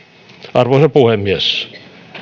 arvoisa puhemies